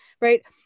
right